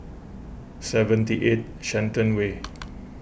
seventy eight Shenton Way